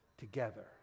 together